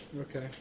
Okay